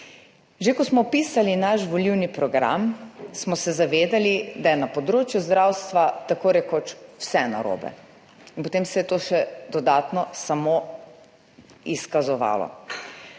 Že ko smo pisali svoj volilni program, smo se zavedali, da je na področju zdravstva tako rekoč vse narobe in potem se je to še dodatno samo izkazovalo.